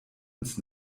ins